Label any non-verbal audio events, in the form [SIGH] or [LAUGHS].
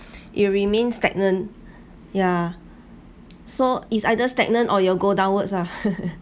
it remained stagnant yeah so it's either stagnant or you go downwards lah [LAUGHS]